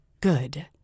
good